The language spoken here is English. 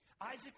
Isaac